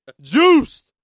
Juiced